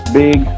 big